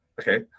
okay